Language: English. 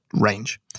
range